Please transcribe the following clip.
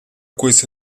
coisa